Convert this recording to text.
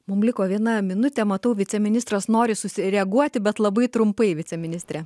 mums liko viena minutė matau viceministras nori susireaguoti bet labai trumpai viceministre